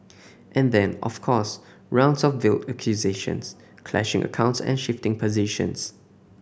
and then of course rounds of veiled accusations clashing accounts and shifting positions